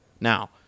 Now